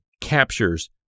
captures